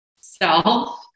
self